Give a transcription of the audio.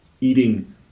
Eating